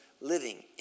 living